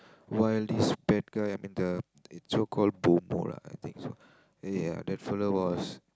while this bad guy I mean the so called boom boom lah I think so ya that fella was